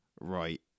right